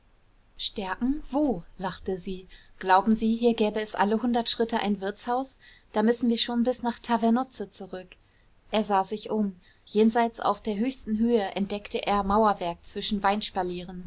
stärken wo lachte sie glauben sie hier gäbe es alle hundert schritte ein wirtshaus da müssen wir schon bis nach tavernuzze zurück er sah sich um jenseits auf der höchsten höhe entdeckte er mauerwerk zwischen